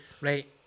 Right